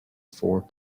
four